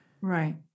Right